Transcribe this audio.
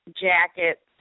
jacket